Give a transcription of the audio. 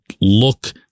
look